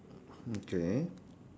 okay